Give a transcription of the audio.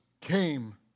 came